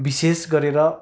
विशेष गरेर